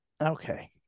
Okay